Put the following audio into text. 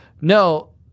No